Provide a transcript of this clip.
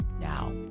now